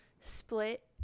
split